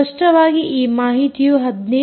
ಸ್ಪಷ್ಟವಾಗಿ ಈ ಮಾಹಿತಿಯು 15